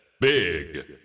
Big